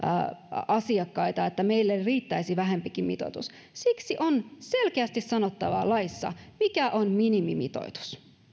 asiakkaita niin että meille riittäisi vähempikin mitoitus siksi on selkeästi sanottava laissa mikä on minimimitoitus